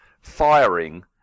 firing